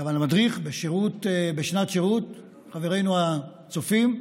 אבל מדריך בשנת שירות, חברינו הצופים,